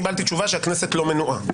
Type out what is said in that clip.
שלדעתי כמחוקק מגיעה לי תשובה של כן או לא.